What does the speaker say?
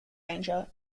ranger